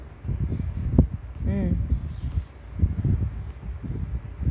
mm